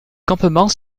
campement